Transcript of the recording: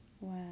Wow